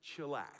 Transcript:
chillax